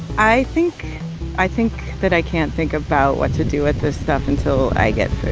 i think i think that i can't think about what to do with this stuff until i get food.